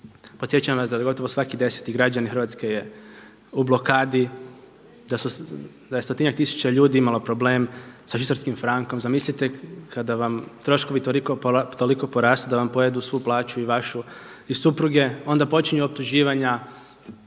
Podsjećam vas da gotovo svaki deseti građanin Hrvatske je u blokadi, da je stotinjak tisuća ljudi imalo problem sa švicarskim frankom. Zamislite kada vam troškovi toliko porastu da vam pojedu svu plaću i vašu i supruge, onda počinju optuživanja,